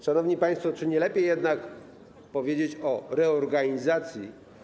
Szanowni państwo, czy nie lepiej jednak powiedzieć o reorganizacji?